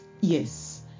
Yes